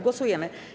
Głosujemy.